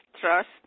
trust